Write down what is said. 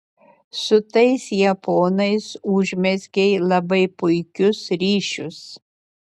su tais japonais užmezgei labai puikius ryšius